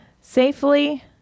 safely